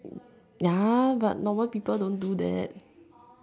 ya but normal people don't do that